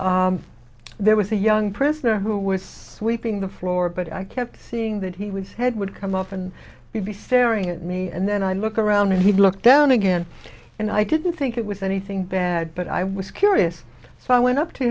and there was a young prisoner who was sweeping the floor but i kept seeing that he was head would come up and be fairing at me and then i look around and he'd look down again and i couldn't think it was anything bad but i was curious so i went up to